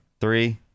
three